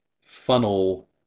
funnel